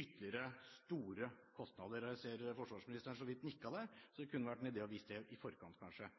ytterligere store kostnader – jeg ser forsvarsministeren så vidt nikker her. Det kunne kanskje vært en idé å få vite det i forkant.